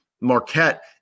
Marquette